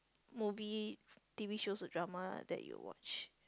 movie TV shows or drama that you watch